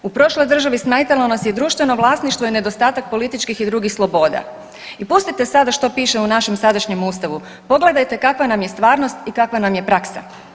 U prošloj državi smetalo nas je društveno vlasništvo i nedostatak političkih i drugih sloboda i pustite sada što piše u našem sadašnjem Ustavu, pogledajte kakva nam je stvarnost i kakva nam je praksa.